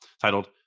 titled